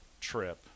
trip